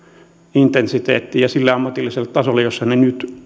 intensiteettiin ja sille ammatilliselle tasolle jolla ne nyt